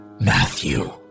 Matthew